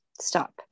stop